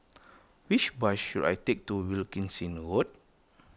which bus should I take to Wilkinson Road